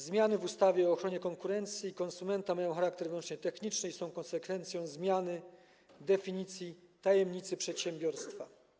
Zmiany w ustawie o ochronie konkurencji i konsumentów mają charakter wyłącznie techniczny i są konsekwencją zmiany definicji tajemnicy przedsiębiorstwa.